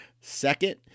second